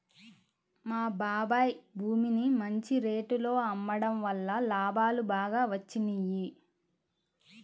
మా బాబాయ్ భూమిని మంచి రేటులో అమ్మడం వల్ల లాభాలు బాగా వచ్చినియ్యి